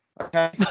Okay